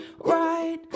right